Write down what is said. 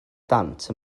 dant